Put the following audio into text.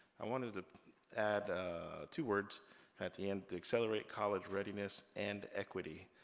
i wanted to add two words at the end to accelerate college readiness and equity.